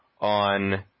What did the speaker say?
on